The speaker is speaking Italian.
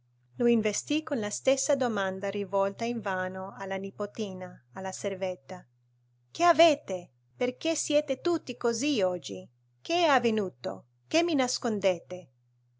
lui lo investì con la stessa domanda rivolta invano alla nipotina alla servetta che avete perché siete tutti così oggi che è avvenuto che mi nascondete